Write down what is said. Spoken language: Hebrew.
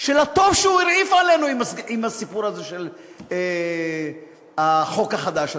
של הטוב שהוא הרעיף עלינו עם הסיפור הזה של החוק החדש הזה,